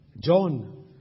John